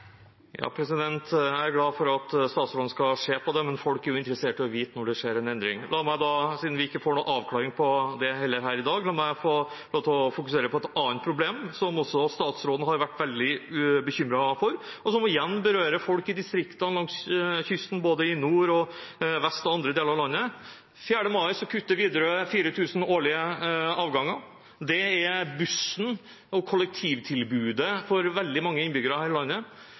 Jeg er glad for at statsråden skal se på det, men folk er jo interessert i å vite når det skjer en endring. La meg da, siden vi ikke får noen avklaring på det heller her i dag, få lov til å fokusere på et annet problem som også statsråden har vært veldig bekymret for, og som igjen berører folk i distriktene, langs kysten både i nord og vest og andre deler av landet. Den 4. mai kutter Widerøe 4 000 årlige avganger. Det er bussen og kollektivtilbudet for veldig mange innbyggere her i landet.